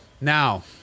now